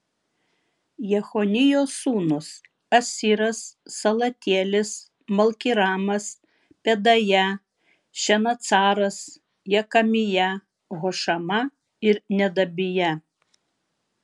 jechonijo sūnūs asiras salatielis malkiramas pedaja šenacaras jekamija hošama ir nedabija